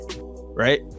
right